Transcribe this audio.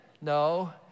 No